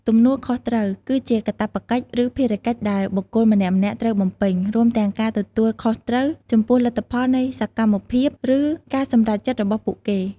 ទំនួលខុសត្រូវ គឺជាកាតព្វកិច្ច ឬភារកិច្ចដែលបុគ្គលម្នាក់ៗត្រូវបំពេញ រួមទាំងការទទួលខុសត្រូវចំពោះលទ្ធផលនៃសកម្មភាព ឬការសម្រេចចិត្តរបស់ពួកគេ។